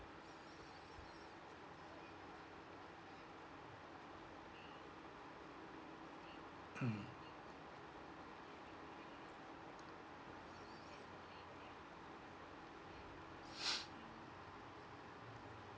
mm